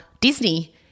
Disney